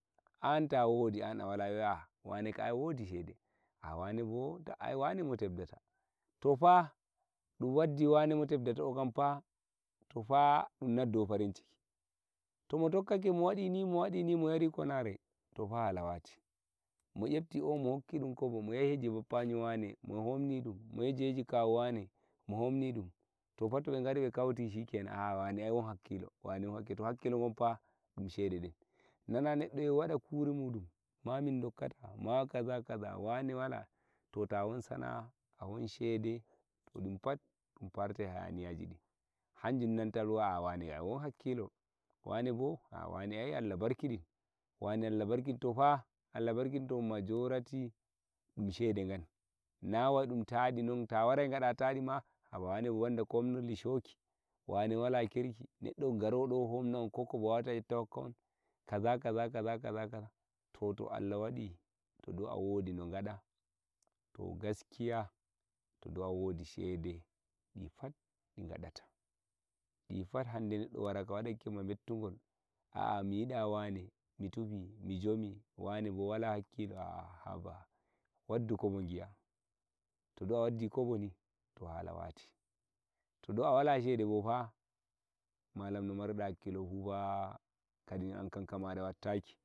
An tah wodi an awala ah wane kam ai ai wodi shede a wane bo don ai wane mo deptate do fa dun waddi wane mo depitatat to o to fa dun goddowo farinciki tomo tokkake o waɗi farinciki oh wadɗi ni mo yari konare to fa hala wati mo hokkiɗum kobo o yahi hoje bappawane mohonni ɗum mo tahiyoji kawu wane mo honni ɗum to fa to be ngari ɓe keuti to pha shikenan ah wane ai won hakkilo to hakkilo gon pha dun shededen nana neɗɗo e wada kuri mudum amma kaza kaza wane wala to ta won sa a a won a shede to dun pat ɗum fartai hayaniyajidi hanjum nanta watta won hakkilo wane bo a wa ne allah barkiɗin to fa Allah barkidin majorati ɗum shede to na wai ɗum wodi nawai ɗum ta yaliɓe ma sai nana wane ma sai kumnali shoki neddo garowo eh homna un ko kobo oh waeuta oh hokka un kaza kaza kaza toh toh allah waɗi ah wodi no gaɗa to gaskiya toh dai ah wodi shede ɗi phat ɗi gaɗata hande nontan neɗɗo waɗa ka wadankima mettugol a a miyiɗa wane mi tufi mi jomi wane bo wala hakkilo waddu kobo giya to dai ah waddi kobo ni toh hala wahti to dai a wala shede bona malam no marirɗa hakkilo fufa kadin ankam kamaɗa wattake